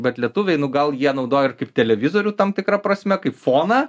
bet lietuviai nu gal jie naudoja kaip televizorių tam tikra prasme kaip foną